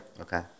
Okay